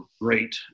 great